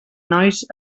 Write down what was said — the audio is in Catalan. nois